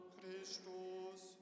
Christus